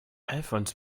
alfons